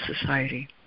Society